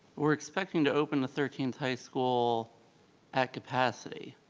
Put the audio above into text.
we're expecting to open the thirteenth high school at capacity.